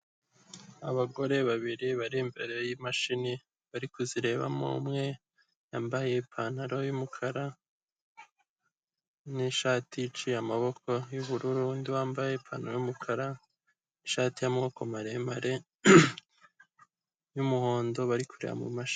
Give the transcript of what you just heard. Abagore babiri, bari imbere y'imashini, bari kuzirebamo ,umwe yambaye ipantaro y'umukara, n'ishati iciye amaboko y'ubururu, undi wambaye ipantaro y'umukara, n'ishati y'amabokoko maremare, y'umuhondo bari kureba mu mashini.